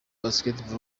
basketball